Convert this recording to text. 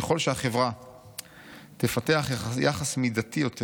ככל שהחברה תפתח יחס מידתי יותר